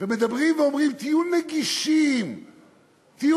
ומדברים ואומרים: תהיו נגישים,